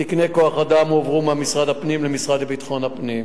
תקני כוח-אדם הועברו ממשרד הפנים למשרד לביטחון הפנים.